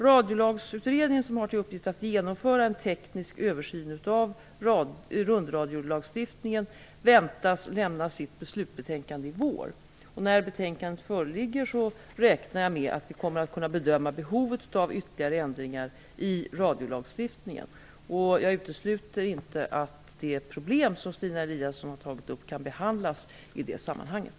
Radiolagsutredningen, som har till uppgift att genomföra en teknisk översyn av rundradiolagstiftningen, väntas lämna sitt slutbetänkande i vår. När betänkandet föreligger räknar jag med att vi kommer att kunna bedöma behovet av ytterligare ändringar i radiolagstiftningen. Jag utesluter inte att det problem som Stina Eliasson har tagit upp kan behandlas i det sammanhanget.